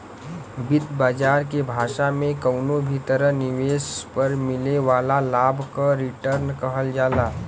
वित्त बाजार के भाषा में कउनो भी तरह निवेश पर मिले वाला लाभ क रीटर्न कहल जाला